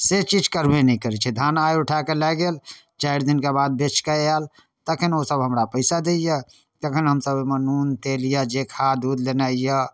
से चीज करबे नहि करै छै धान आइ उठाकऽ लऽ गेल चारि दिनका बाद बेचिकऽ आएल तखन ओसभ हमरा पइसा दैए तखन हमसब अपन नून तेल या जे खाद उद लेनाइए